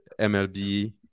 MLB